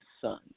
son